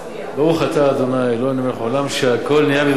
ברוך אתה ה' אלוהינו מלך העולם שהכול נהיה בדברו.